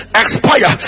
expire